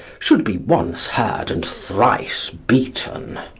should be once heard and thrice beaten.